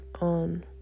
on